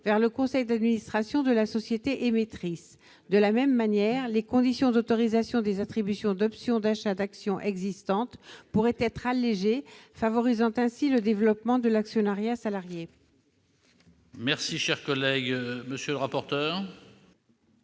vers le conseil d'administration de la société émettrice. De la même manière, les conditions d'autorisation des attributions d'options d'achat d'actions existantes pourraient être allégées, favorisant ainsi le développement de l'actionnariat salarié. Quel est l'avis de la